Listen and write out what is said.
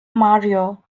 mario